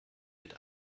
mit